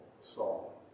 Saul